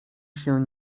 się